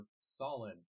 solid